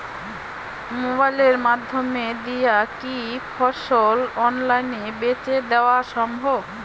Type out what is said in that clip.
মোবাইলের মইধ্যে দিয়া কি ফসল অনলাইনে বেঁচে দেওয়া সম্ভব?